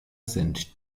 sent